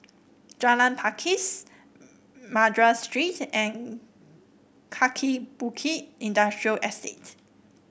Jalan Pakis Madras Street and Kaki Bukit Industrial Estate